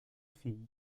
figli